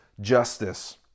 justice